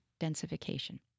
densification